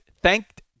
thanked